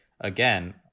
again